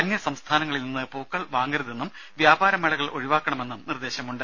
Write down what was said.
അന്യസംസ്ഥാനങ്ങളിൽ നിന്ന് പൂക്കൾ വാങ്ങരുതെന്നും വ്യാപാരമേളകൾ ഒഴിവാക്കണമെന്നും നിർദേശമുണ്ട്